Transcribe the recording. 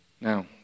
Now